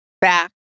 back